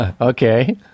Okay